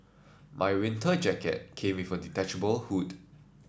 my winter jacket came with a detachable hood